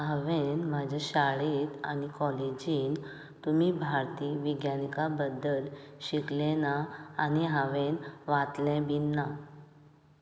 हांवेन म्हाज्या शाळेंत आनी कॉलेजींत तुमी भारतीय विज्ञानीका बद्दल शिकले ना आनी हांवेन वाचले बीन ना